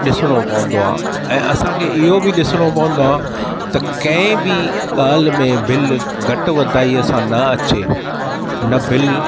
ॾिसणो पवन्दो आहे ऐं असां खे उहे बि ॾिसणो पवन्दो आहे त कंहिं बि ॻाल्हि में बिल घटि वधाईअ सां न अचे न बिल